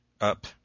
up